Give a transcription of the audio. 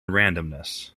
randomness